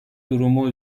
durumu